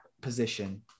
position